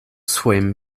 swim